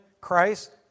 Christ